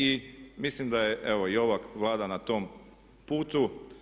I mislim da je evo i ova Vlada na tom putu.